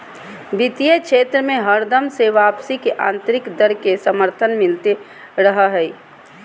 वित्तीय क्षेत्र मे हरदम से वापसी के आन्तरिक दर के समर्थन मिलते रहलय हें